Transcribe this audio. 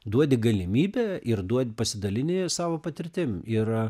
duodi galimybę ir duodi pasidalini savo patirtim ir